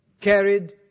carried